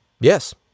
Yes